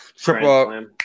triple